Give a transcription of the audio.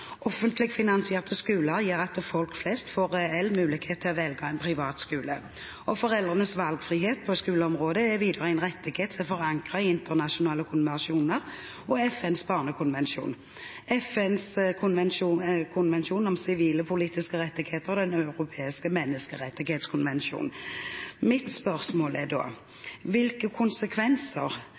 Offentlig finansierte skoler fører til at folk flest får reell mulighet til å velge en privat skole. Foreldrenes valgfrihet på skoleområdet er videre en rettighet som er forankret i internasjonale konvensjoner – FNs barnekonvensjon, FNs konvensjon om sivile og politiske rettigheter og Den europeiske menneskerettighetskonvensjon. Mitt spørsmål er: Hvilke konsekvenser